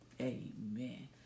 Amen